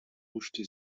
huschte